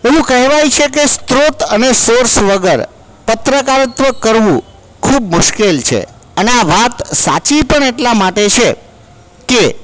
એવું કહેવાય છે કે સ્ત્રોત અને સોર્સ વગર પત્રકારત્વ કરવું ખૂબ મૂશ્કેલ છે અને આ વાત સાચી પણ એટલા માટે છે કે